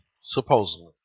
Supposedly